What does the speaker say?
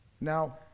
now